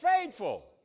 faithful